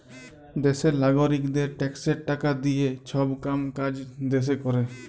দ্যাশের লাগারিকদের ট্যাক্সের টাকা দিঁয়ে ছব কাম কাজ দ্যাশে ক্যরে